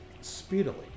speedily